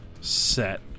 Set